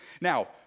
Now